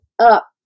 up